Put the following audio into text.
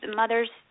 mothers